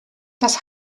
das